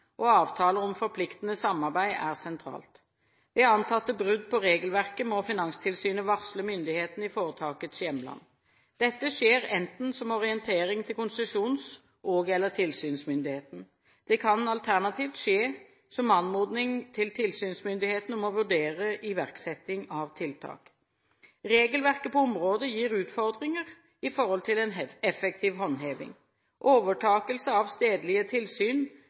og avtaler om forpliktende samarbeid er sentralt. Ved antatte brudd på regelverket må Finanstilsynet varsle myndighetene i foretakets hjemland. Dette skjer som orientering til konsesjons- og/eller tilsynsmyndigheten. Det kan alternativt skje som anmodning til tilsynsmyndigheten om å vurdere iverksetting av tiltak. Regelverket på området gir utfordringer i forhold til en effektiv håndheving. Overtakelse av stedlige tilsyn